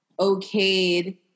okayed